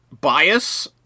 bias